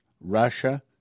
Russia